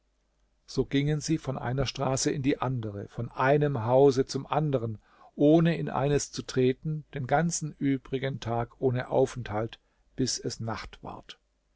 so gingen sie von einer straße in die andere von einem hause zum andern ohne in eines zu treten den ganzen übrigen tag ohne aufenthalt bis es nacht ward